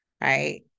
right